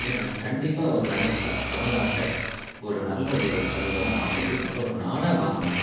ஏன்னா கண்டிப்பாக அவர் நெனைச்சா தமிழ்நாட்ட ஒரு நல்ல ஒரு சமூகமாக மாற்றமுடியும் நல்ல ஒரு நாடாக மாற்ற முடியும்